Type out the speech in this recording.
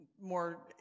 more